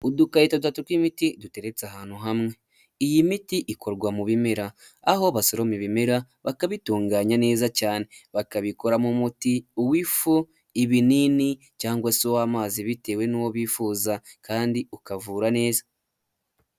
Udukarito dutatu tw'imiti duteretse ahantu hamwe, iyi miti ikorwa mu bimera aho abasoroma ibimera bakabitunganya neza cyane bakabikoramo umuti uw'ifu, ibinini cyangwa se uw'amazi bitewe n'uwo bifuza kandi ukavura neza.